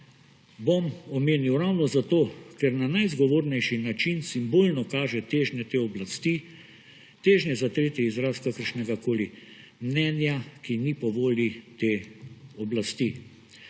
bom omenil ravno zato, ker na najzgovornejši način simbolno kaže težnje te oblasti, težnje za tretji izraz kakršnegakoli mnenja, ki ni po volji te oblasti.